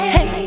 Hey